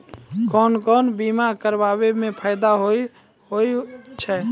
कोन कोन बीमा कराबै मे फायदा होय होय छै?